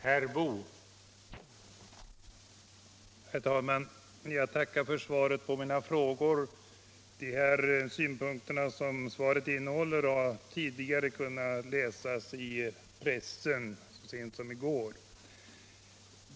Herr talman! Jag tackar för svaret på mina frågor. De synpunkter som svaret innehåller har man kunnat läsa i pressen så sent som i går.